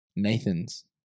Nathan's